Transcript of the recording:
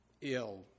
ill